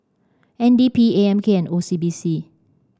N D P A M K and O C B C